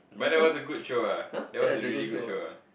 but that was a good show ah that was a really good show ah